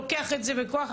לוקח את זה בכוח,